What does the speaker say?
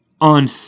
on